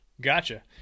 Gotcha